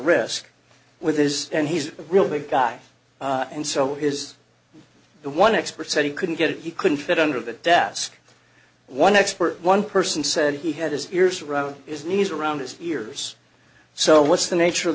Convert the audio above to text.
risk with his and he's a real big guy and so his the one expert said he couldn't get it he couldn't fit under the desk one expert one person said he had his ears around is knees around his ears so what's the nature of